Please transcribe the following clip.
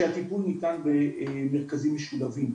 שהטיפול ניתן במרכזים משולבים,